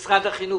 של משרד החינוך.